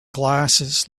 glasses